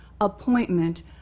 appointment